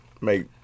make